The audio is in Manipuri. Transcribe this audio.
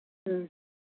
ꯎꯝ